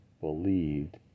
believed